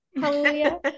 hallelujah